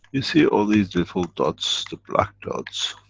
you see all this little dots, the black dots